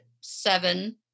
seven